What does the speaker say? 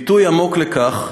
ביטוי עמוק לכך